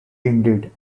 indeed